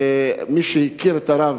מי שהכיר את הרב,